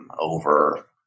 over